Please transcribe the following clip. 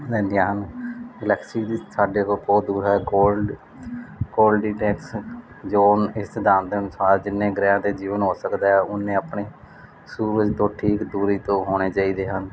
galaxy ਜੀ ਸਾਡੇ ਕੋਲ ਬਹੁਤ ਦੂਰ ਹੈ ਗੋਲਡ ਗੋਲਡੀ ਟੈਕਸ ਜੋ ਇਸ ਸਿਧਾਂਤ ਦੇ ਅਨੁਸਾਰ ਜਿੰਨੇ ਗ੍ਰਹਿਾਂ 'ਤੇ ਜੀਵਨ ਹੋ ਸਕਦਾ ਉਹਨੇ ਆਪਣੇ ਸੂਰਜ ਤੋਂ ਠੀਕ ਦੂਰੀ ਤੋਂ ਹੋਣੇ ਚਾਹੀਦੇ ਹਨ